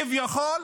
כביכול,